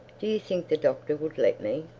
do you think the doctor would let me?